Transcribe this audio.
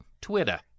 Twitter